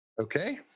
Okay